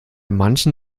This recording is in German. manchen